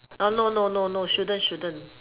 no no no no shouldn't shouldn't